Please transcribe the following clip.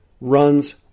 runs